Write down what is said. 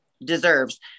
deserves